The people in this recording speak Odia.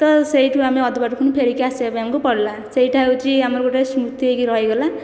ତ ସେହିଠୁ ଆମେ ଅଧା ବାଟରୁ ପୁଣି ଫେରିକି ଆମକୁ ଆସିବା ପାଇଁ ଆମକୁ ପଡ଼ିଲା ସେହିଟା ହେଉଛି ଆମର ଗୋଟିଏ ସ୍ମୃତି ହୋଇକି ରହିଗଲା